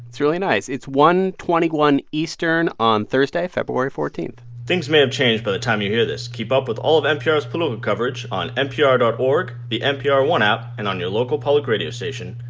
it's really nice. it's one twenty one eastern on thursday, february fourteen point things may have changed by the time you hear this. keep up with all of npr's political coverage on npr dot org, the npr one app and on your local public radio station.